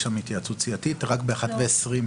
יש שם התייעצות סיעתית רק ב-13:20.